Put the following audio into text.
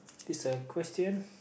this a question